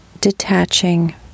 detaching